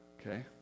Okay